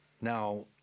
Now